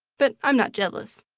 but i am not jealous.